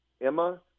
Emma